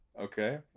okay